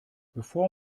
bevor